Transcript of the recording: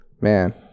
man